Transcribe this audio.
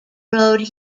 road